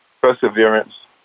perseverance